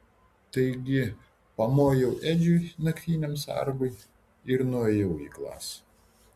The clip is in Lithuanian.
taigi pamojau edžiui naktiniam sargui ir nuėjau į klasę